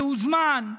זה הוזמן,